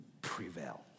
prevail